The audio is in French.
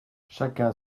chacun